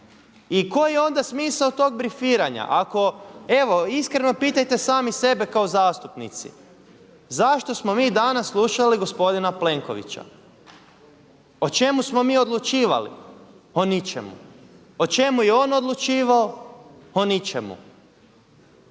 I koji je onda smisao tog brifiranja, ako evo iskreno pitajte sami sebi kao zastupnici? Zašto smo mi danas slušali gospodina Plenkovića? O čemu smo mi odlučivali? O ničemu. O čemu je on odlučivao? O ničemu.